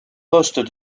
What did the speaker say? postes